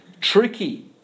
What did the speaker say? tricky